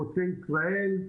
חוצה ישראל,